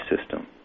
system